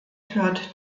hört